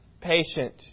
patient